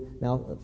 Now